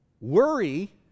Worry